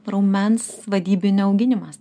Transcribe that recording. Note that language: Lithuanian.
raumens vadybinio auginimas